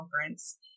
conference